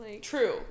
True